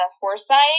foresight